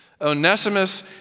Onesimus